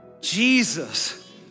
Jesus